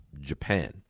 Japan